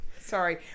Sorry